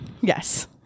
Yes